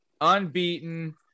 unbeaten